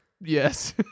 Yes